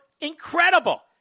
incredible